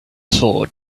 sword